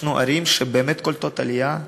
יש לנו ערים שבאמת קולטות עלייה.